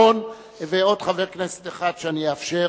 חבר הכנסת אורון ועוד חבר כנסת אחד שאני אאפשר,